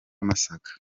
masaka